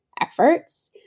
efforts